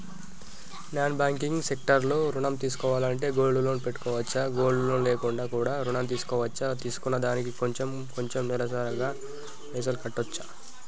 Non banking sector లో ఋణం తీసుకోవాలంటే గోల్డ్ లోన్ పెట్టుకోవచ్చా? గోల్డ్ లోన్ లేకుండా కూడా ఋణం తీసుకోవచ్చా? తీసుకున్న దానికి కొంచెం కొంచెం నెలసరి గా పైసలు కట్టొచ్చా?